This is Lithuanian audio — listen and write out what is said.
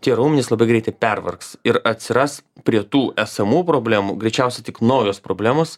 tie raumenys labai greit pervargs ir atsiras prie tų esamų problemų greičiausia tik naujos problemos